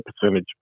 percentage